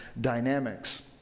dynamics